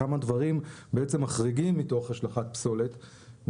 כמה דברים בעצם מחריגים מתוך השלכת פסולת.